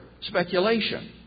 speculation